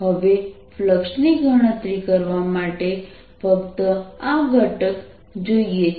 હવે ફ્લક્સ ની ગણતરી કરવા માટે ફક્ત આ ઘટક જોઈએ છે